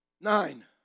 Nine